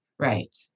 Right